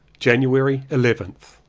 january eleventh.